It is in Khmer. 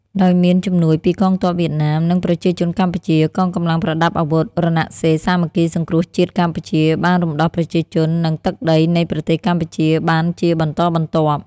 ដោយមានជំនួយពីកងទ័ពវៀតណាម និងប្រជាជនកម្ពុជា កងកម្លាំងប្រដាប់អាវុធរណសិរ្សសាមគ្គីសង្គ្រោះជាតិកម្ពុជា បានរំដោះប្រជាជន និងទឹកដីនៃប្រទេសកម្ពុជាបានជាបន្តបន្ទាប់។